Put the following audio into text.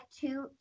two